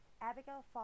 Abigail